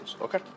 Okay